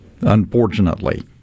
unfortunately